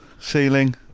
ceiling